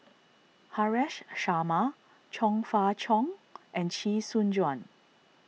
Haresh Sharma Chong Fah Cheong and Chee Soon Juan